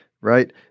right